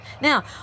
Now